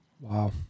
Wow